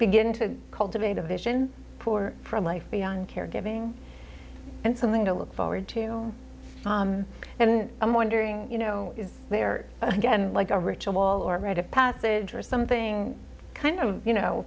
begin to cultivate a vision for for a life beyond caregiving and something to look forward to you know and i'm wondering you know is there again like a ritual or rite of passage or something kind of you know